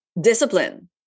discipline